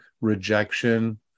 rejection